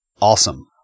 awesome